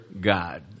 God